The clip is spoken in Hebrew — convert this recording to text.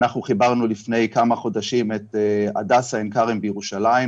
אנחנו חיברנו לפני כמה חודשים את הדסה עין כרם בירושלים,